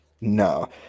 No